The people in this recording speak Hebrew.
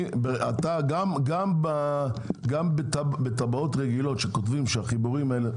גם בתב"עות רגילות כשכותבים לגבי החיבורים האלה,